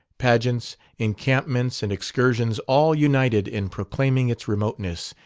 pageants, encampments and excursions all united in proclaiming its remoteness,